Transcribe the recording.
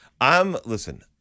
I'm—listen—